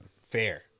Fair